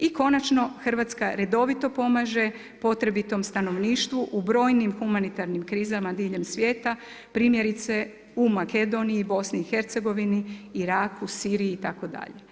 I konačno Hrvatska redovito pomaže potrebitom stanovništvu u brojnim humanitarnim krizama diljem svijeta primjerice u Makedoniji i BiH, Iraku, Siriji itd.